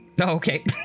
okay